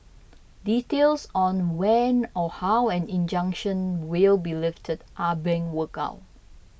details on when or how an injunction will be lifted are being worked out